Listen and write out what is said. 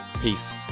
Peace